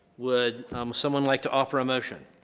would someone like to offer a motion?